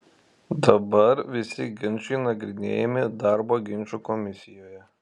dabar visi ginčai nagrinėjami darbo ginčų komisijoje